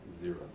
zero